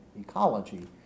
ecology